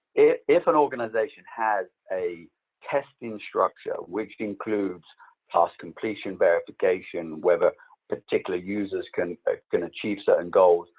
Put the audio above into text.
if an organization had a testing structure which includes task completion verification, whether particular users can can achieve certain goals,